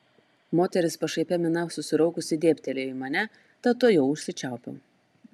moteris pašaipia mina susiraukusi dėbtelėjo į mane tad tuojau užsičiaupiau